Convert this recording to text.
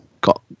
got